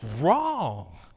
wrong